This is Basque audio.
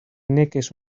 nekez